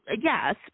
Yes